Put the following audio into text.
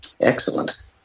Excellent